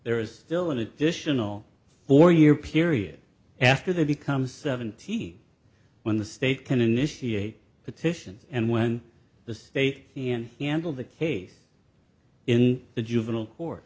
there is still an additional four year period after they become seventeen when the state can initiate petitions and when the state and handle the case in the juvenile court